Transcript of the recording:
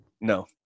No